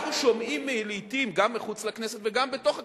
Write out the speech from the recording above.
אנחנו שומעים לעתים גם מחוץ לכנסת וגם בתוך הכנסת,